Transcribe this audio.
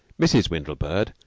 mrs. windlebird,